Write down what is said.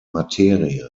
materie